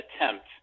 attempt